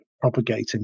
propagating